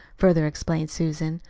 further explained susan.